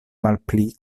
malpli